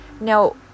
now